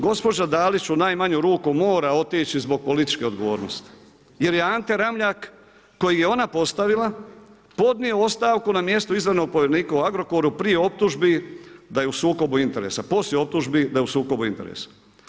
Gospođa Dalić u najmanju ruku mora otići zbog političke odgovornosti jer je Ante Ramljak, kojeg je ona postavila podnio ostavku na mjesto izvanrednog povjerenika u Agrokoru prije optužbi da je u sukobu interesa, poslije optužbi da je u sukobu interesa.